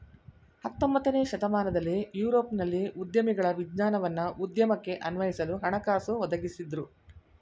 ಹತೊಂಬತ್ತನೇ ಶತಮಾನದಲ್ಲಿ ಯುರೋಪ್ನಲ್ಲಿ ಉದ್ಯಮಿಗಳ ವಿಜ್ಞಾನವನ್ನ ಉದ್ಯಮಕ್ಕೆ ಅನ್ವಯಿಸಲು ಹಣಕಾಸು ಒದಗಿಸಿದ್ದ್ರು